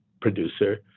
producer